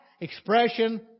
expression